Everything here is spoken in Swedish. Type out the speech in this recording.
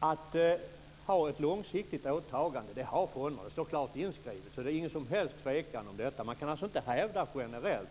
Fru talman! Fonderna har ett långsiktigt åtagande. Att de ska ha det står klart inskrivet. Det är ingen som helst tvekan om detta. Man kan inte hävda generellt,